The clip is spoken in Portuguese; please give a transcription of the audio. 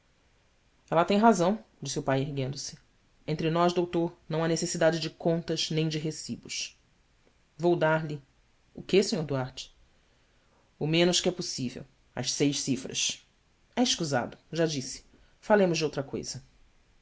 ela tem razão disse o pai erguendo-se ntre nós doutor não há necessidade de contas nem de recibos vou dar-lhe quê r uarte menos que é possível as seis cifras é escusado já disse falemos de outra coisa